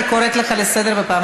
אני קוראת אותך לסדר פעם ראשונה.